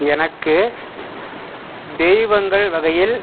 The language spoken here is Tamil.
எனக்கு தெய்வங்கள் வகையில்